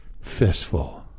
Fistful